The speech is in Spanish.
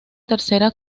tercera